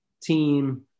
team